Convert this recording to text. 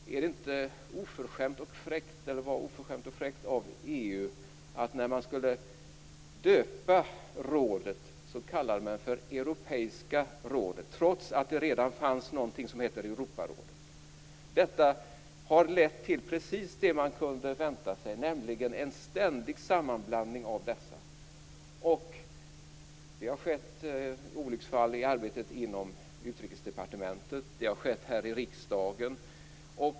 Var det inte oförskämt och fräckt av EU att när man skulle döpa rådet kalla det för Europeiska rådet, trots att det redan fanns någonting som hette Europarådet. Detta har lett till precis det man kunde vänta sig, nämligen en ständig sammanblandning av dessa. Det har skett olycksfall i arbetet inom Utrikesdepartementet och det har skett här i riksdagen.